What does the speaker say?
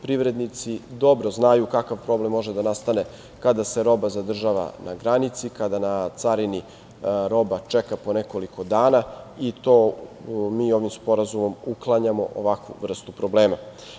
Privrednici dobro znaju kakav problem može da nastane kada se roba zadržava na granici, kada na carini roba čeka po nekoliko dana i to mi ovim sporazumom uklanjamo ovakvu vrstu problema.